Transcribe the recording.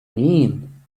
mean